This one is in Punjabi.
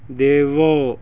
ਦੇਵੋ